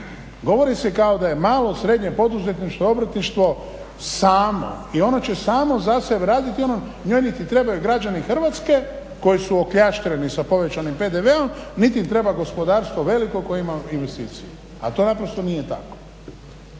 Govori se kao da je malo srednje poduzetništvo, obrtništvo samo i ono će samo za sebe raditi. Njoj niti trebaju građani Hrvatske koji su okljaštreni sa povećanim PDV-om niti im treba gospodarstvo veliko koje ima investicije a to naprosto nije tako.